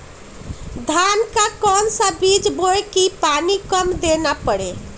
धान का कौन सा बीज बोय की पानी कम देना परे?